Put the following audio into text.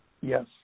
Yes